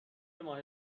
ماه